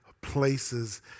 places